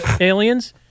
aliens